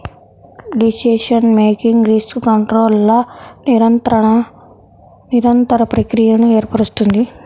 decision making risk కంట్రోల్ల నిరంతర ప్రక్రియను ఏర్పరుస్తుంది